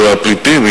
של הפליטים?